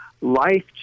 life